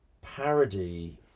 parody